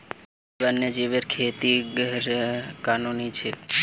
कि वन्यजीवेर खेती गैर कानूनी छेक?